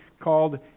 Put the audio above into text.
called